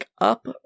up